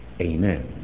Amen